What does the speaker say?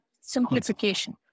simplification